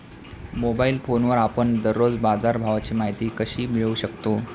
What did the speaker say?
Mobile फोनवर आपण दररोज बाजारभावाची माहिती कशी मिळवू शकतो?